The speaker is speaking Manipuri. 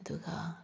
ꯑꯗꯨꯒ